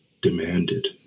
demanded